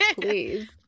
please